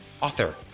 author